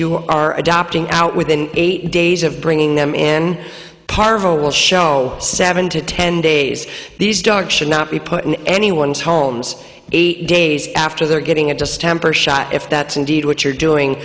you are adopting out within eight days of bringing them in parvo will show seven to ten days these dogs should not be put in anyone's homes eight days after they're getting a distemper shot if that's indeed what you're